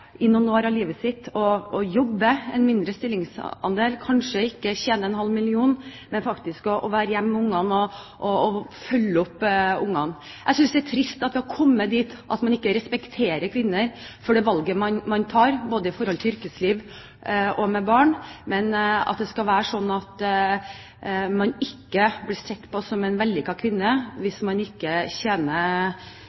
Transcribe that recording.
i noen år av livet sitt kanskje velger å jobbe i en mindre stillingsandel, som kanskje velger å ikke tjene en halv million, men å være hjemme med ungene og følge opp dem. Jeg synes det er trist at vi har kommet dit at man ikke respekterer kvinner for det valget de tar, både i forhold til yrkesliv og til barn, at det skal være slik at man ikke blir sett på som en vellykket kvinne hvis